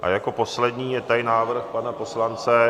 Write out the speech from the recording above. A jako poslední je tady návrh pana poslance...